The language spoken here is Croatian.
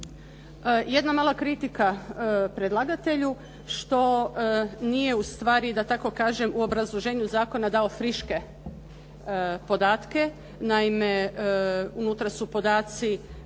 Jedna mala kritika predlagatelju što nije ustvari da tako kažem u obrazloženju zakona dao friške podatke, naime unutra su podaci